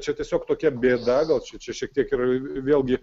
čia tiesiog tokia bėda gal čia šiek tiek yra vėlgi